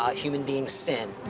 ah human beings sin.